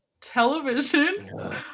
Television